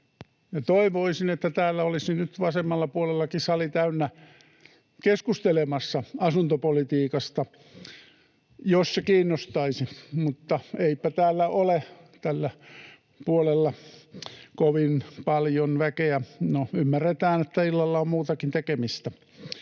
Toivoisin, että täällä olisi nyt vasemmalla puolellakin sali täynnä keskustelemassa asuntopolitiikasta, jos se kiinnostaisi, mutta eipä täällä ole tällä puolella kovin paljon väkeä. No, ymmärretään, että illalla on muutakin tekemistä.